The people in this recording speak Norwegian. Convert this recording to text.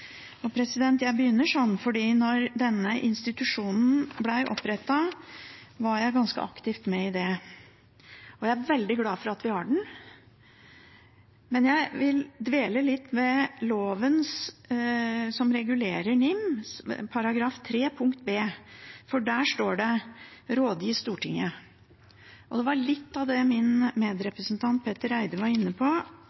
Jeg begynner slik, for da denne institusjonen ble opprettet, var jeg ganske aktivt med i det, og jeg er veldig glad for at vi har den. Men jeg vil dvele litt ved loven som regulerer NIM. I § 3 første ledd bokstav b står det: «rådgi Stortinget». Det var litt av det min